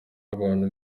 abantu